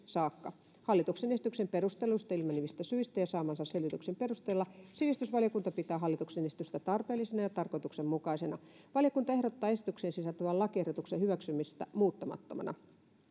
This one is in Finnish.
saakka hallituksen esityksen perusteluista ilmenevistä syistä ja saamansa selvityksen perusteella sivistysvaliokunta pitää hallituksen esitystä tarpeellisena ja tarkoituksenmukaisena valiokunta ehdottaa esitykseen sisältyvän lakiehdotuksen hyväksymistä muuttamattomana